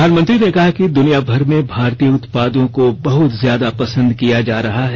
प्रधानमंत्री ने कहा कि दुनियाभर में भारतीय उत्पादों को बहुत ज्यादा पसन्द किया जा रहा है